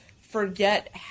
forget